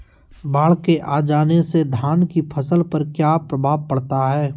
बाढ़ के आ जाने से धान की फसल पर किया प्रभाव पड़ता है?